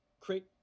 Create